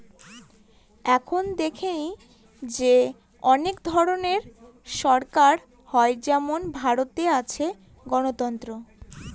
এখন দেখেছি যে অনেক ধরনের সরকার হয় যেমন ভারতে আছে গণতন্ত্র